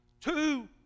two